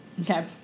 Okay